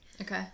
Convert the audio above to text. Okay